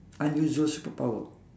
unusual superpower